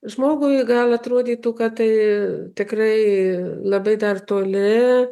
žmogui gal atrodytų kad tikrai labai dar toli